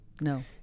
No